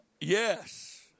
Yes